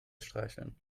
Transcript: streicheln